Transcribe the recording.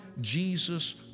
Jesus